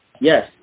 Yes